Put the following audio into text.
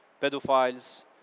pedophiles